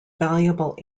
valuable